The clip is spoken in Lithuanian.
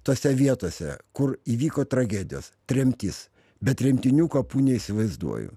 tose vietose kur įvyko tragedijos tremtis be tremtinių kapų neįsivaizduoju